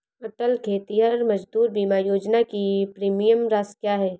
अटल खेतिहर मजदूर बीमा योजना की प्रीमियम राशि क्या है?